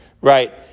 right